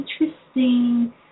interesting